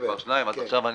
שאיתן עמרם מתאר,